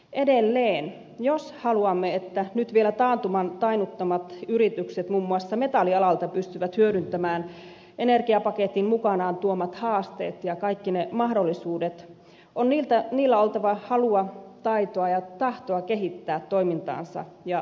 edelleen jos haluamme että nyt vielä taantuman tainnuttamat yritykset muun muassa metallialalta pystyvät hyödyntämään energiapaketin mukanaan tuomat haasteet ja kaikki ne mahdollisuudet on niillä oltava halua taitoa ja tahtoa kehittää toimintaansa ja tuotteitaan